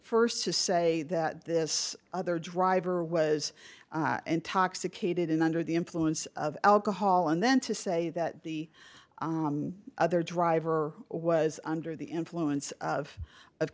st to say that this other driver was intoxicated and under the influence of alcohol and then to say that the other driver was under the influence of of